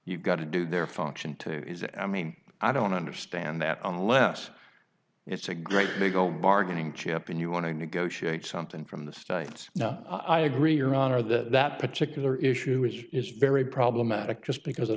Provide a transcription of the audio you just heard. you've got to do their function to is and i mean i don't understand that unless it's a great big old bargaining chip and you want to negotiate something from the states now i agree your honor that that particular issue is is very problematic just because of